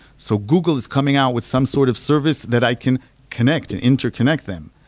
so google is coming out with some sort of service that i can connect and interconnect them.